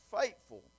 faithful